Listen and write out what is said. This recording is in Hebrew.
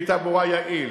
כלי תעבורה יעיל,